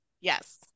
yes